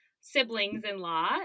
siblings-in-law